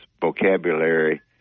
vocabulary